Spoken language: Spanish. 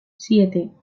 siete